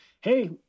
hey